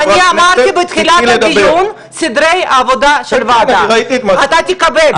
אני אמרתי בתחילת הדיון את סדרי העבודה של הוועדה ואתה תקבל.